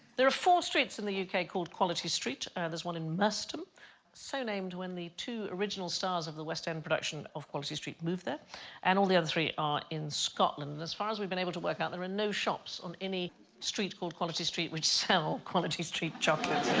there are four streets in the yeah uk ah called quality street there's one in mustn so named when the two original stars of the western production of quality street moved there and all the other three are in scotland and as far as we've been able to work out there are and no shops on any street called quality street, which sell quality street chocolate